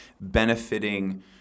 benefiting